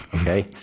Okay